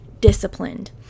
disciplined